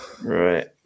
Right